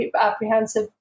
apprehensive